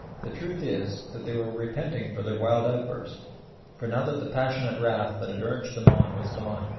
the truth is that they were repenting for their wild outburst for now that the passionate wrath that had urged them on was gone,